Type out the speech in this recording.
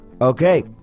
Okay